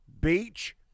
beach